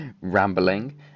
rambling